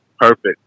perfect